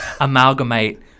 amalgamate